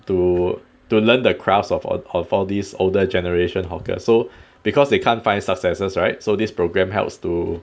to to learn the crafts of all of all these older generation hawker so because they can't find successors right so this programme helps to